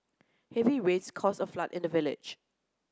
heavy rains caused a flood in the village